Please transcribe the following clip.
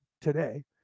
today